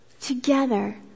Together